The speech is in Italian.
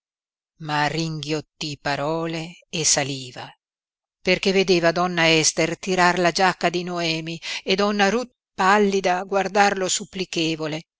ma ringhiottí parole e saliva perché vedeva donna ester tirar la giacca di noemi e donna ruth pallida guardarlo supplichevole e